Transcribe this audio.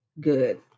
good